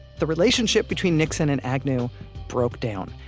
the relationship between nixon and agnew broke down.